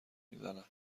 میزند